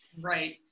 Right